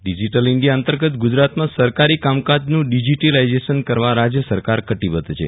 digital India અંતર્ગત ગુજરાતમાં સરકારી કામકાજનું ડિજિટિલાઇઝેશન કરવા રાજ્ય સરકાર કટિબદ્ધ છે